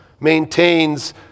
maintains